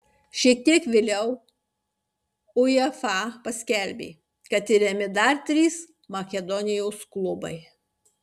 šiek tiek vėliau uefa paskelbė kad tiriami dar trys makedonijos klubai